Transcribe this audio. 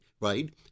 right